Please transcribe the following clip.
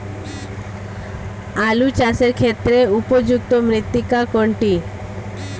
আলু চাষের ক্ষেত্রে উপযুক্ত মৃত্তিকা কোনটি?